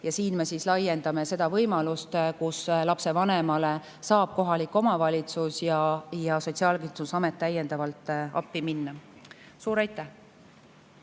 ja siin me laiendame seda võimalust: lapsevanemale saab kohalik omavalitsus ja Sotsiaalkindlustusamet täiendavalt appi minna. Suur aitäh!